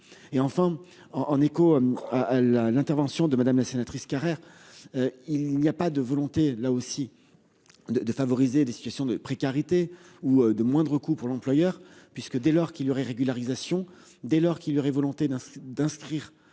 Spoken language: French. en, en écho à à la. L'intervention de madame la sénatrice Carrère. Il n'y a pas de volonté là aussi. De, de favoriser les situations de précarité ou de moindre coût pour l'employeur, puisque dès lors qu'il y aurait régularisation dès lors qu'il y aurait volonté d'un d'inscrire